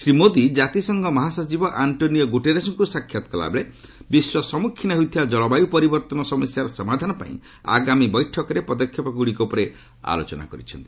ଶ୍ରୀ ମୋଦି ଜାତିସଂଘ ମହାସଚିବ ଆଙ୍କୋନିଓ ଗ୍ରଟରେସ୍ଙ୍କ ସାକ୍ଷାତ କଲାବେଳେ ବିଶ୍ୱ ସମ୍ମଖୀନ ହୋଇଥିବା କଳବାୟୁ ପରିବର୍ତ୍ତନ ସମସ୍ୟାର ସମାଧାନ ପାଇଁ ଆଗାମୀ ବୈଠକରେ ପଦକ୍ଷେପଗୁଡ଼ିକ ଉପରେ ଆଲୋଚନା କରିଛନ୍ତି